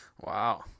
Wow